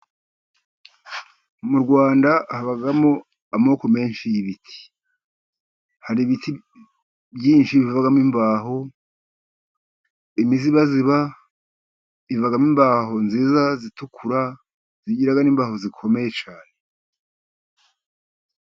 Mu Rwanda habamo amoko menshi y'ibiti. Hari ibiti byinshi bivamo imbaho. Imizibaziba ivamo imbaho nziza zitukura, igira n'imbaho zikomeye cyane.